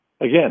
again